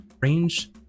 range